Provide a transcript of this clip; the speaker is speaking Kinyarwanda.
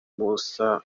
moussa